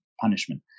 punishment